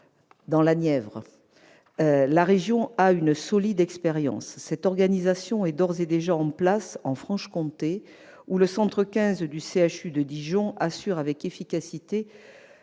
dans la Nièvre. La région a une solide expérience. Cette organisation est d'ores et déjà en place en Franche-Comté où le centre 15 du CHU de Dijon assure avec efficacité